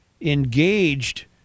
engaged